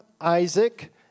Isaac